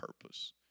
purpose